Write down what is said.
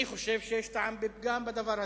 אני חושב שיש טעם לפגם בדבר הזה.